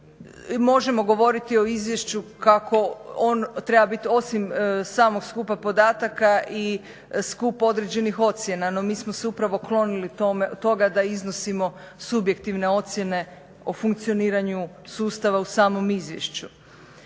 Možemo govoriti o izvješću kako on treba biti osim samog skupa podataka i skup određenih ocjena, no mi smo se upravo klonili toga da iznosimo subjektivne ocjene o funkcioniranju sustava u samom izvješću.